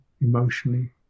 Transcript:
emotionally